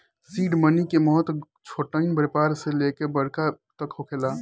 seed money के महत्व छोटहन व्यापार से लेके बड़का तक होखेला